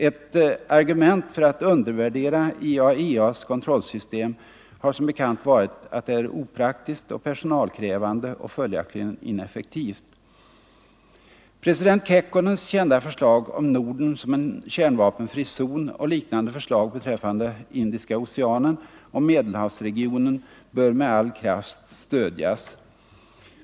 Ett argument för att undervärdera IAEA:s kontrollsystem har som bekant varit att det är opraktiskt och personalkrävande och följaktligen ineffektivt. President Kekkonens kända förslag om Norden som en kärnvapenfri zon och liknande förslag beträffande Indiska oceanen och Medelhavsregionen bör med all kraft stödjas.